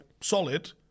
solid –